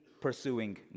pursuing